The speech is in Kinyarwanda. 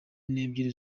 n’ebyiri